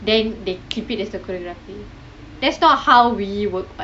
then they keep it as the choreography that's not how we work but